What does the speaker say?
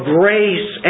grace